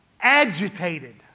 agitated